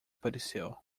apareceu